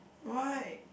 why